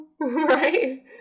right